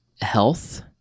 health